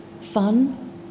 fun